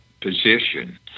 position